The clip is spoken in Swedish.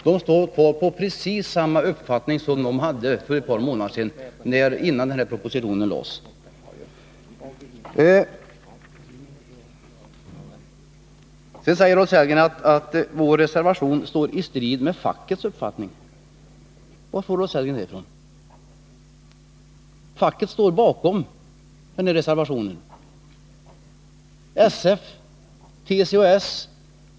Den har precis samma uppfattning nu som den hade för ett par månader sedan, innan den här propositionen lades fram. Sedan säger Rolf Sellgren att vår reservation står i strid med fackets uppfattning. Var får Rolf Sellgren det ifrån? Facket står bakom reservationen.